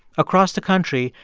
across the country,